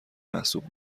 محسوب